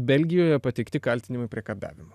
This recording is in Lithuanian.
belgijoje pateikti kaltinimai priekabiavimu